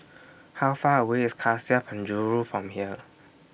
How Far away IS Cassia At Penjuru from here